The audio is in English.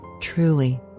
truly